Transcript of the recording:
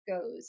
goes